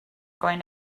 going